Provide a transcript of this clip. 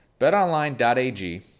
BetOnline.ag